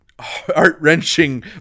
heart-wrenching